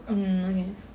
mm okay